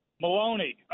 Maloney